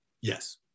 Yes